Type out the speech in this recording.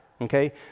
okay